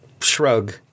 shrug